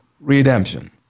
redemption